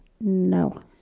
No